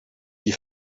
die